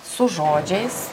su žodžiais